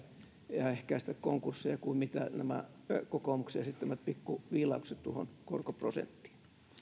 ja ehkäistä konkursseja kuin mitä ovat nämä kokoomuksen esittämät pikkuviilaukset tuohon korkoprosenttiin